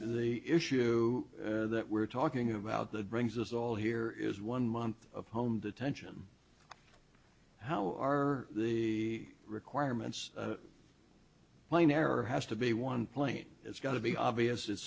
the issue that we're talking about the brings us all here is one month of home detention how are the requirements plain error has to be one plane it's got to be obvious it's